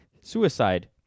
Suicide